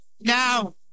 Now